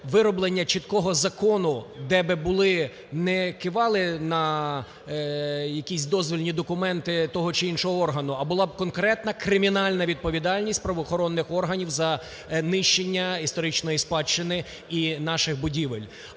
вироблення чіткого закону, де би були, не кивали на якісь дозвільні документи того чи іншого органу, а була б конкретна кримінальна відповідальність правоохоронних органів за нищення історичної спадщини і наших будівель.